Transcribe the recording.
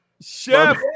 Chef